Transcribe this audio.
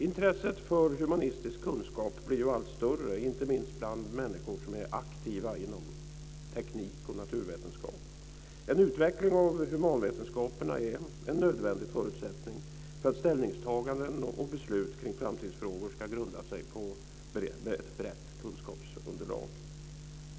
Intresset för humanistisk kunskap blir ju allt större, inte minst bland människor som är aktiva inom teknik och naturvetenskap. En utveckling av humanvetenskaperna är en nödvändig förutsättning för att ställningstaganden och beslut kring framtidsfrågor ska grunda sig på ett brett kunskapsunderlag.